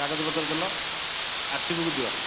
କାଗଜ ପତ୍ର ଦେଲ ଆର୍ ସି ବୁକ୍ ଦିଅ